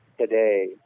today